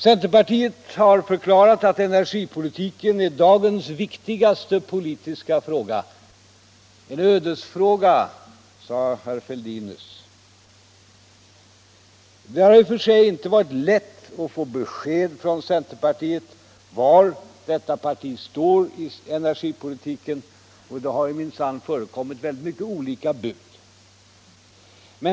Centerpartiet har förklarat att energipolitiken är dagens viktigaste politiska fråga — en ödesfråga, sade herr Fälldin nyss. Det har i och för sig inte varit lätt att få besked från centerpartiet var partiet står i energipolitiken. Det har minsann förekommit många olika bud.